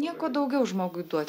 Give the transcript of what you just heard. nieko daugiau žmogui duot